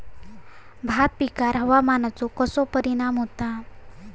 भात पिकांर हवामानाचो कसो परिणाम होता?